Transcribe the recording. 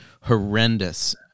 horrendous